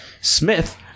Smith